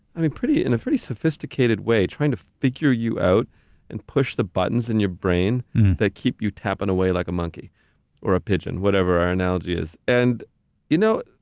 i mean, in a pretty sophisticated way, trying to figure you out and push the buttons in your brain that keep you tapping away like a monkey or a pigeon, whatever our analogy is, and you know,